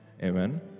Amen